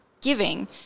giving